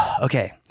Okay